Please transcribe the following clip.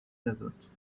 desert